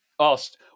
asked